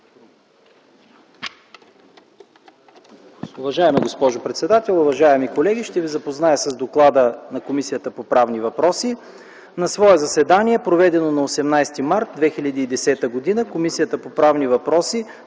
Уважаема госпожо председател, уважаеми колеги! Ще ви запозная с доклада на Комисията по правни въпроси. „На свое заседание, проведено на 18 март 2010 г., Комисията по правни въпроси